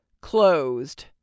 Closed